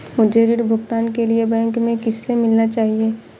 मुझे ऋण भुगतान के लिए बैंक में किससे मिलना चाहिए?